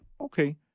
Okay